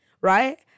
right